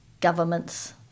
government's